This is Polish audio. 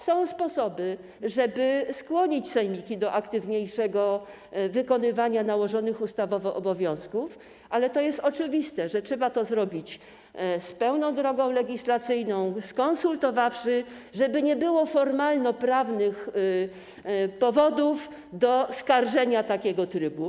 Są sposoby, żeby skłonić sejmiki do aktywniejszego wykonywania nałożonych ustawowo obowiązków, ale to jest oczywiste, że trzeba to zrobić, wykorzystując w pełni drogę legislacyjną, skonsultowawszy to, żeby nie było formalnoprawnych powodów do skarżenia takiego trybu.